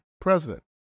president